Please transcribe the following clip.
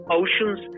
oceans